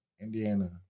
Indiana